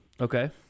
Okay